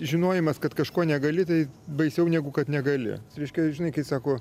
žinojimas kad kažko negali tai baisiau negu kad negali reiškia žinai kai sako